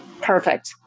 Perfect